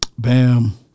Bam